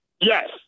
Yes